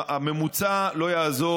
הממוצע לא יעזור,